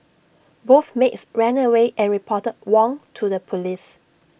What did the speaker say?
both maids ran away and reported Wong to the Police